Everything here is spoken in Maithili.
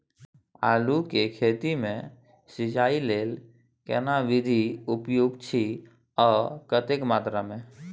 आलू के खेती मे सिंचाई लेल केना विधी उपयुक्त अछि आ कतेक मात्रा मे?